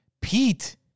Pete